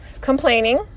complaining